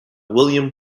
william